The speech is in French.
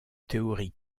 théorie